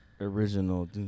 Original